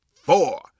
four